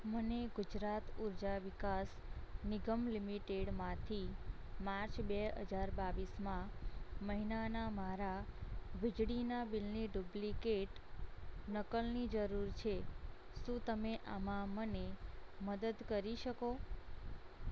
મને ગુજરાત ઊર્જા વિકાસ નિગમ લિમિટેડમાંથી માર્ચ બે હજાર બાવીસમાં મહિનાના મારા વીજળીના બિલની ડુપ્લિકેટ નકલની જરૂર છે શું તમે આમાં મને મદદ કરી શકો